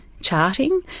charting